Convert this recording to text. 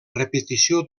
repetició